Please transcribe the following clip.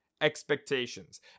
expectations